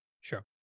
Sure